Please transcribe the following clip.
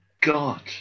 god